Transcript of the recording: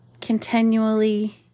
Continually